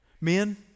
Men